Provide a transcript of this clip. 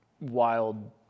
wild